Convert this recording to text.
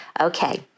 Okay